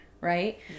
Right